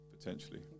Potentially